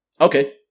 okay